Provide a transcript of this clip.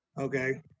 okay